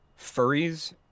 furries